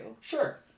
Sure